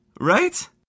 Right